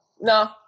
No